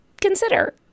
consider